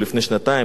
לפני שלוש שנים,